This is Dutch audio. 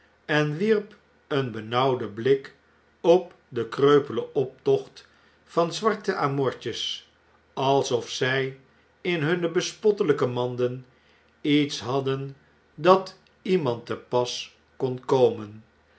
en wierp een benauwden blik op den kreupelen optocht van zwarte amortjes alsof zy in hunne bespottelyke manden iets hadden dat iemand te pas kon komen